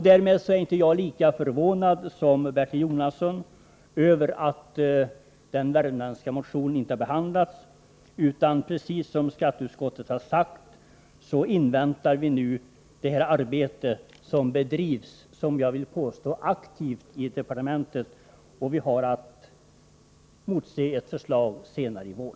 Därmed är inte jag lika förvånad som Bertil Jonasson över att den värmländska motionen inte har behandlats, utan precis som skatteutskottet har sagt inväntar vi nu det arbete som, vill jag påstå, bedrivs aktivt i departementet. Vi har att motse ett förslag senare i vår.